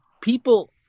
people